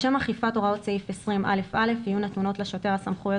לשם אכיפת הוראות סעיף 20א(א) יהיו נתונות לשוטר הסמכויות